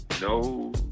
no